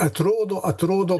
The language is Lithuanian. atrodo atrodo